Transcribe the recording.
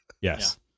Yes